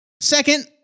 Second